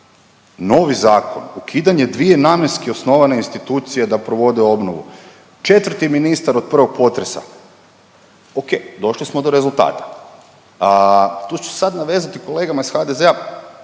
novi zakon ukidanje dvije namjenski osnovane institucije da provode obnovu, četvrti ministar od prvog potresa. Ok, došli smo do rezultata. Tu ću se sad navezati kolegama iz HDZ-a